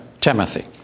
Timothy